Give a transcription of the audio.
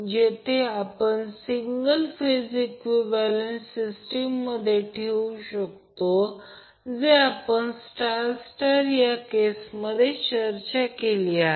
जर तो एक सिंगल फेज बॅलन्सड आहे जे फक्त सिंगल फेज a ने दाखविले आहे